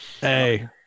Hey